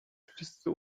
wszyscy